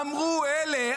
אמרו אלה,